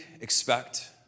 expect